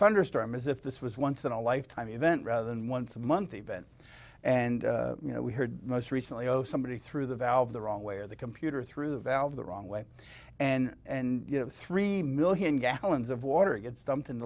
thunderstorm as if this was once in a lifetime event rather than once a month event and you know we heard most recently oh somebody through the valve the wrong way or the computer through the valve the wrong way and and you know three million gallons of water gets dumped